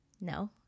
No